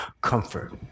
comfort